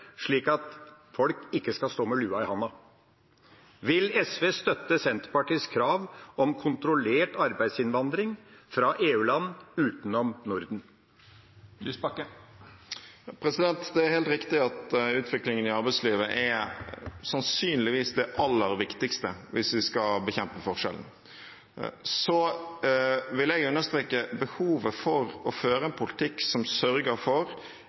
slik at folk ikke skal stå med lua i handa. Vil SV støtte Senterpartiets krav om kontrollert arbeidsinnvandring fra EU-land utenom Norden? Det er helt riktig at utviklingen i arbeidslivet sannsynligvis er det aller viktigste hvis vi skal bekjempe forskjeller. Jeg vil understreke behovet for å føre en politikk som sørger for